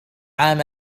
عام